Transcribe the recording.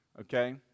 okay